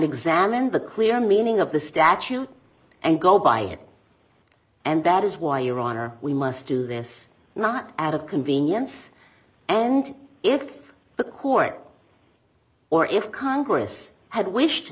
examined the clear meaning of the statute and go by it and that is why your honor we must do this not out of convenience and if the court or if congress had wished